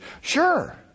Sure